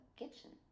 kitchen